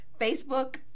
Facebook